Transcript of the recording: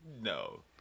No